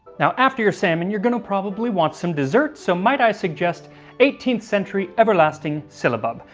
now after your salmon you're gonna probably want some dessert so might i suggest eighteenth century everlasting syllabub.